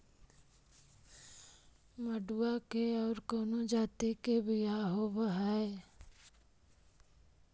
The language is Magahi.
मडूया के और कौनो जाति के बियाह होव हैं?